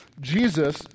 Jesus